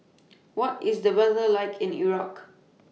What IS The weather like in Iraq